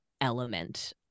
element